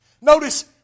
Notice